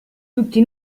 tutti